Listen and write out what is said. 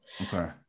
Okay